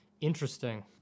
Interesting